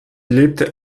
lebte